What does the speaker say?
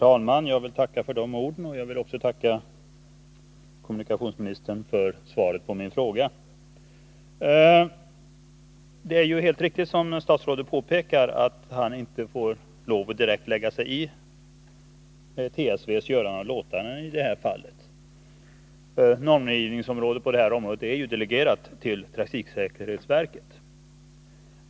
Herr talman! Jag vill tacka kommunikationsministern för svaret på min fråga. Det är helt riktigt som statsrådet påpekar, att han inte får lov att direkt lägga sig i trafiksäkerhetsverkets göranden och låtanden i det här fallet, eftersom normgivningen på området är delegerad till trafiksäkerhetsverket.